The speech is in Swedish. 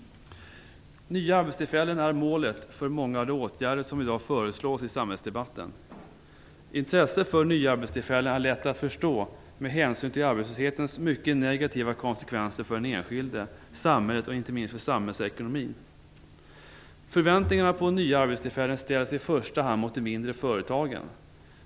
Nya arbetstillfällen är målet för många av de åtgärder som i dag föreslås i samhällsdebatten. Intresset för nya arbetstillfällen är lätt att förstå med hänsyn till arbetslöshetens mycket negativa konsekvenser för den enskilde, samhället och inte minst för samhällsekonomin. Förväntningarna på nya arbetstillfällen riktas i första hand mot de mindre företagen.